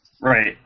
Right